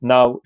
Now